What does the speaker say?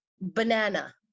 Banana